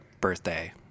birthday